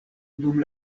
dum